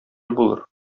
булыр